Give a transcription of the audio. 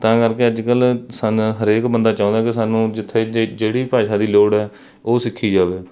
ਤਾਂ ਕਰਕੇ ਅੱਜ ਕੱਲ੍ਹ ਸਨ ਹਰੇਕ ਬੰਦਾ ਚਾਹੁੰਦਾ ਕਿ ਸਾਨੂੰ ਜਿੱਥੇ ਜਿ ਜਿਹੜੀ ਭਾਸ਼ਾ ਦੀ ਲੋੜ ਹੈ ਉਹ ਸਿੱਖੀ ਜਾਵੇ